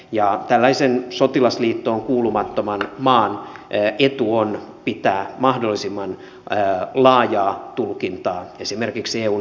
ja tällaisen sotilasliittoon kuulumattoman maan etu on pitää mahdollisimman laajaa tulkintaa esimerkiksi eun avunantolausekkeista esillä